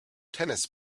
tennis